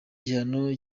gihano